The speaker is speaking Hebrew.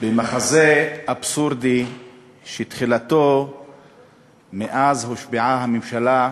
במחזה אבסורדי שתחילתו כאשר הושבעה הממשלה,